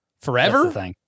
forever